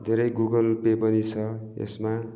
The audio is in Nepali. धेरै गुगल पे पनि छ यसमा